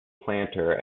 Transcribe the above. planter